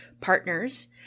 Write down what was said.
partners